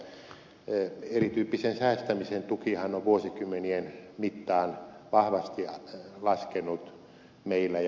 erityyppisten säästämismuotojen tukihan on vuosikymmenien mittaan vahvasti laskenut meillä